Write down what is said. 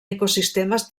ecosistemes